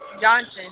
Johnson